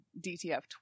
DTF